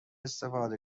استفاده